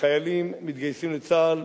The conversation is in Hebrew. כשחיילים מתגייסים לצה"ל.